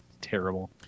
Terrible